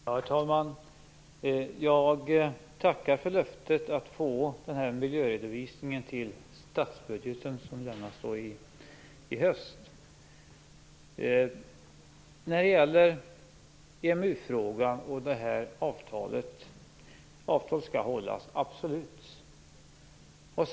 Herr talman! Jag tackar för löftet att få miljöredovisningen i statsbudgeten som lämnas i höst. När det gäller EMU-frågan och det aktuella avtalet håller jag med om att avtal absolut skall hållas.